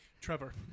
Trevor